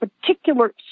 particular